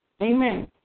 Amen